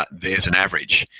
but there's an average.